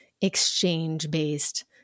exchange-based